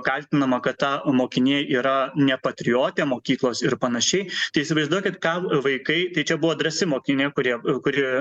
kaltinama kad ta mokinė yra ne patriotė mokyklos ir panašiai tai įsivaizduokit ką vaikai tai čia buvo drąsi mokinė kuri kuri